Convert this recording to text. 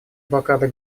блокада